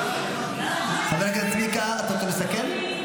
חבר הכנסת צביקה, אתה רוצה לסכם?